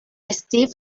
steve